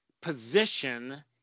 position